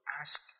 ask